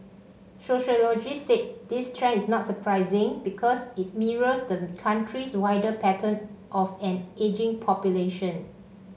sociologists said this trend is not surprising because it mirrors the country's wider pattern of an ageing population